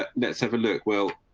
but let's have a look well,